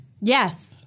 Yes